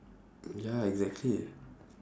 ya exactly